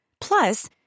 Plus